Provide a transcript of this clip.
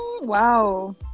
wow